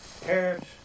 carrots